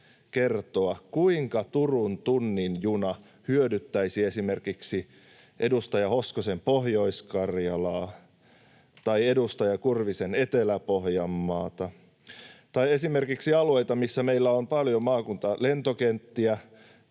kuinka Turun tunnin juna hyödyttäisi esimerkiksi edustaja Hoskosen Pohjois-Karjalaa tai edustaja Kurvisen Etelä-Pohjanmaata tai esimerkiksi monia alueita, missä meillä on maakuntalentokenttiä